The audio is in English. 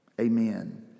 Amen